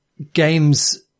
Games